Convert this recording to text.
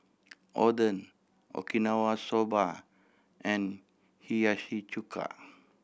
Oden Okinawa Soba and Hiyashi Chuka